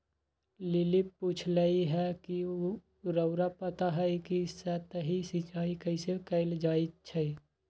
lily पुछलई ह कि रउरा पता हई कि सतही सिंचाई कइसे कैल जाई छई